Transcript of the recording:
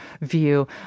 view